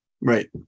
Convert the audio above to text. Right